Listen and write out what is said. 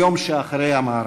היום שאחרי המערכה.